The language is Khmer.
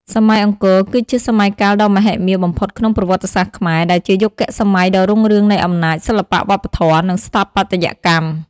សម័យអង្គរគឺជាសម័យកាលដ៏មហិមាបំផុតក្នុងប្រវត្តិសាស្ត្រខ្មែរ ដែលជាយុគសម័យដ៏រុងរឿងនៃអំណាច សិល្បៈ វប្បធម៌ និងស្ថាបត្យកម្ម។